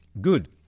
good